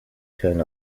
turn